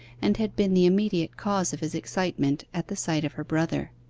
and had been the immediate cause of his excitement at the sight of her brother.